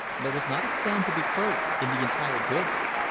there was not a sound to be heard in the entire building.